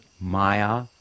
Maya